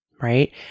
right